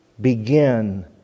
begin